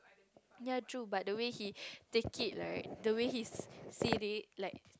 yea true but the way he take it right the way he see they like